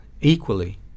equally